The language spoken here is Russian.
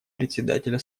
председателя